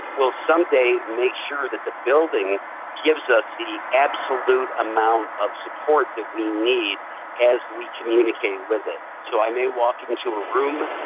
will someday make sure that the building gives us the absolute amount of support that we need as we communicate with it. so i may walk into a room,